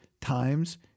times